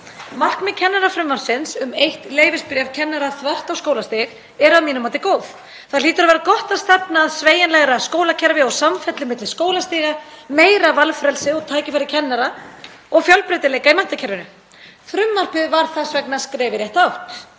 Markmið kennararafrumvarpsins um eitt leyfisbréf kennara þvert á skólastig eru að mínu mati góð. Það hlýtur að vera gott að stefna að sveigjanlegra skólakerfi og samfellu milli skólastiga, meira valfrelsi og tækifærum kennara og fjölbreytileika í menntakerfinu. Frumvarpið var þess vegna skref í rétta átt.